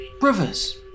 Brothers